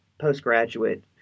postgraduate